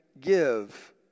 give